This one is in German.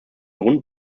grund